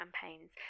campaigns